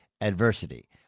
adversity